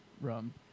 rum